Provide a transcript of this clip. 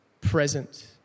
present